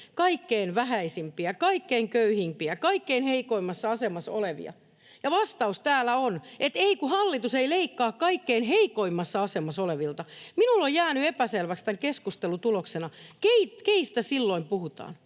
kaikkein vähäisimpiä, kaikkein köyhimpiä, kaikkein heikoimmassa asemassa olevia, ja vastaus täällä on, että ei, kun hallitus ei leikkaa kaikkein heikoimmassa asemassa olevilta. Minulle on jäänyt epäselväksi tämän keskustelun tuloksena, keistä silloin puhutaan.